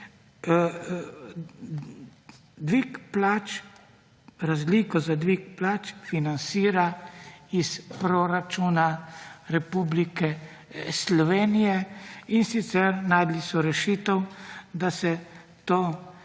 razliko za dvig plač financira iz Proračuna Republike Slovenije in sicer našli so rešitev, da se to